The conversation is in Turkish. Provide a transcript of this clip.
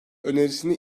önerisini